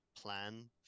plan